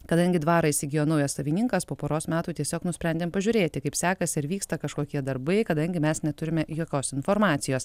kadangi dvarą įsigijo naujas savininkas po poros metų tiesiog nusprendėm pažiūrėti kaip sekasi ar vyksta kažkokie darbai kadangi mes neturime jokios informacijos